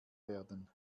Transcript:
werden